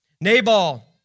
Nabal